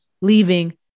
leaving